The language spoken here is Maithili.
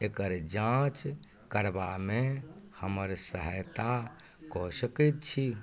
एकर जाँच करबामे हमर सहायता कऽ सकैत छी